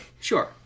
Sure